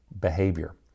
behavior